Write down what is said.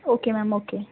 okay ma'am okay